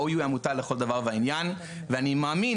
ה-OU היא עמותה לכל דבר ועניין ואני מאמין